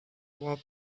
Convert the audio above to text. won’t